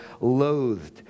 loathed